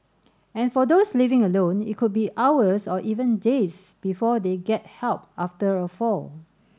and for those living alone it could be hours or even days before they get help after a fall